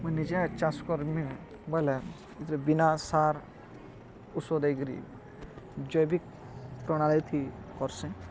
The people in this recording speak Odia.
ମୁଇଁ ନିଜେ ଚାଷ୍ କର୍ମି ବଏଲେ ଇଥିରେ ବିନା ସାର୍ ଉଷୋ ଦେଇକିରି ଜୈବିକ ପ୍ରଣାଳୀଥି କର୍ସିଁ